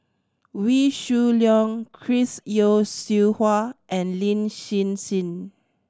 Wee Shoo Leong Chris Yeo Siew Hua and Lin Hsin Hsin